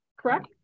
correct